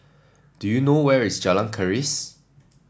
do you know where is Jalan Keris